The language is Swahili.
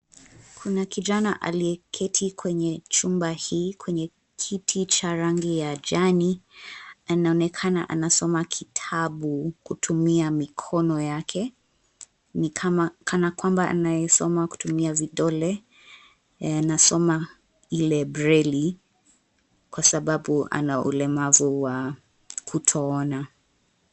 Kuna kijana aliyeketi kwenye chumba hii kwenye kiti cha rangi ya njani, anaonekana anasoma kitabu kutumia mikono yake, ni kama kana kwamba anayesoma kutumia vidole anasoma ile braile kwa sababu ana ulemavu wa kutoona.